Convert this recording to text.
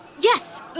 Yes